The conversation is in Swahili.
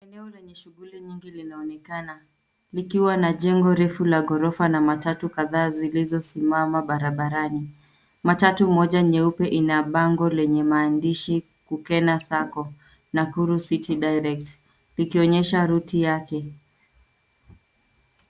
Eneo lenye shughuli nyingi linaonekana likiwa na jengo refu la ghorofa na matatu kadhaa zilizosimama barabarani. Matatu moja nyeupe ina bango lenye maandishi Kukena Sacco Nakuru City Direct likionyesha route lake.